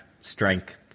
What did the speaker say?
strength